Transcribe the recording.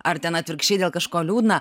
ar ten atvirkščiai dėl kažko liūdna